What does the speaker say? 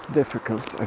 difficult